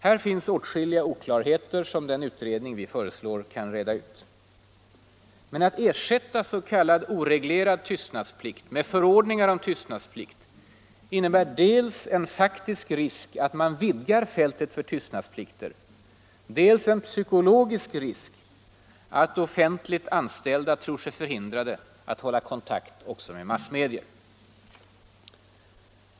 Här finns åtskilliga oklarheter, som den utredning vi föreslår kan reda ut. Men att ersätta s.k. oreglerad tystnadsplikt med förordningar om tystnadsplikt innebär dels en faktisk risk att man vidgar fältet för tystnadsplikter, dels en psykologisk risk att offentligt anställda tror sig förhindrade att hålla kontakt också med massmedier.